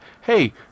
Hey